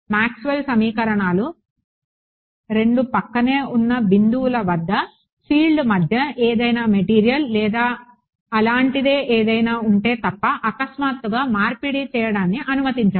Maxwell సమీకరణాలు 2 ప్రక్కనే ఉన్న బిందువుల వద్ద ఫీల్డ్ మధ్య ఏదైనా మెటీరియల్ లేదా అలాంటిదే ఏదైనా ఉంటే తప్ప అకస్మాత్తుగా మార్పిడి ఫ్లిప్ flip చేయడాన్ని అనుమతించవు